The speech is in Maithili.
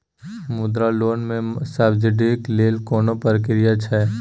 मुद्रा लोन म सब्सिडी लेल कोन प्रक्रिया छै?